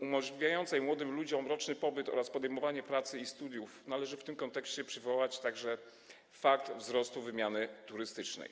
umożliwiającej młodym ludziom roczny pobyt i podejmowanie pracy i studiów, należy w tym kontekście przywołać także fakt wzrostu wymiany turystycznej.